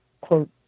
quote